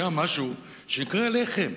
היה משהו שנקרא לחם.